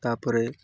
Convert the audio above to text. ତା'ପରେ